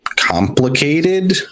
Complicated